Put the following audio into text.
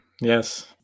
Yes